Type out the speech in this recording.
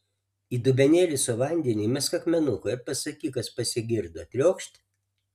į dubenėlį su vandeniu įmesk akmenuką ir pasakyk kas pasigirdo triokšt